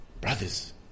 brothers